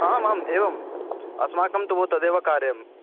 आम् आम् एवम् अस्माकं तु भो तदेव कार्यम्